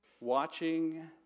Watching